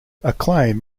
acclaim